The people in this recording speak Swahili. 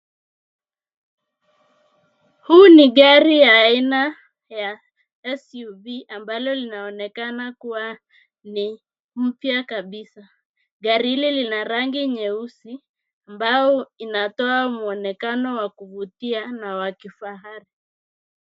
Huu ni gari ya aina ya SUV ambalo linaonekana kuwa ni mpya kabisa. Gari hili lina rangi nyeusi ambao inatoa mwonekano wa kuvutia na wa kifahari.